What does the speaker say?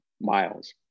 miles